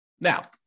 Now